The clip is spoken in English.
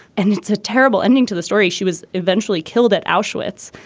and it's a terrible ending to the story. she was eventually killed at auschwitz.